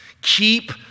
Keep